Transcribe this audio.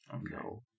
no